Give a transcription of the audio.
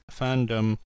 fandom